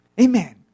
Amen